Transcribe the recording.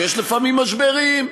ידוע שיש לפעמים משברים,